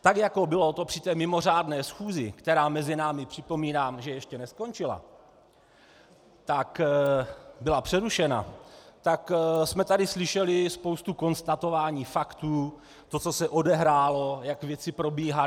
Tak, jak to bylo na té mimořádné schůzi, která mezi námi připomínám ještě neskončila, byla přerušena, tak jsme tady slyšeli spoustu konstatování faktů, co se odehrálo, jak věci probíhaly.